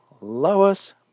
Lois